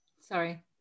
Sorry